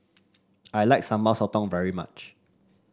I like Sambal Sotong very much